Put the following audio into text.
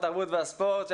התרבות והספורט,